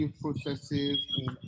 processes